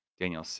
Daniel